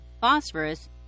phosphorus